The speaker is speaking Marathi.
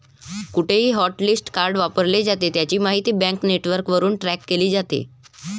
कुठेही हॉटलिस्ट कार्ड वापरले जाते, त्याची माहिती बँक नेटवर्कवरून ट्रॅक केली जाते